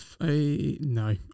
No